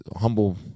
humble